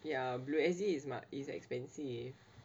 ya blue S_G is ma~ is expensive